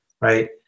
right